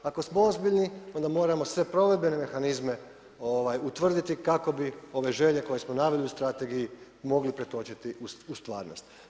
Ako smo ozbiljni onda moramo sve provedbene mehanizme utvrditi kako bi ove želje koje smo naveli u strategiji mogli pretočiti u stvarnost.